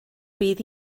bydd